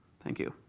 thank you.